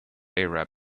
arab